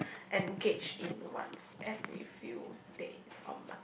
engage in once every few days a month